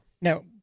now